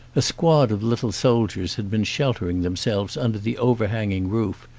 a squad of little soldiers had been sheltering themselves under the overhanging roof,